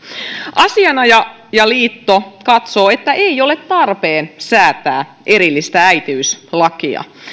asianajajaliitto katsoo että ei ole tarpeen säätää erillistä äitiyslakia